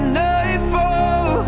nightfall